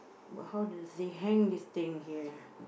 but how does they hang this thing here